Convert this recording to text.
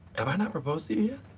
have i not proposed to you yet?